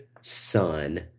son